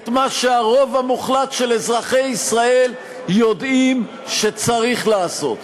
את מה שרוב המוחלט של אזרחי ישראל יודעים שצריך לעשות.